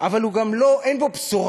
אבל גם אין בו בשורה.